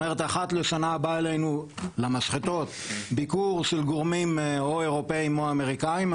אחת לשנה בא אלינו למשחטות ביקור של גורמים או אירופים או אמריקאים.